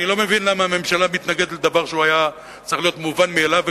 אני לא מבין למה הממשלה מתנגדת לדבר שהיה צריך להיות מובן מאליו,